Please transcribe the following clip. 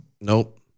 Nope